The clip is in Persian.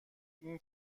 این